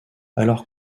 alors